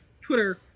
Twitter